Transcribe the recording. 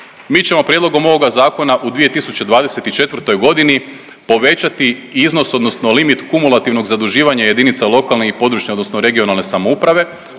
Mi ćemo prijedlogom ovoga zakona u 2024.g. povećati iznos odnosno limit kumulativnog zaduživanja jedinica lokalne i područne (regionalne) samouprave,